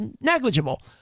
negligible